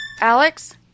Alex